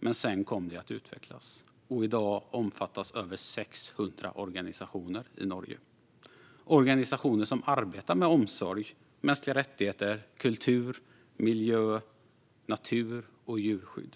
Men det kom att utvecklas. I dag omfattas över 600 organisationer i Norge. Det är organisationer som arbetar med omsorg, mänskliga rättigheter, kultur, miljö, natur och djurskydd.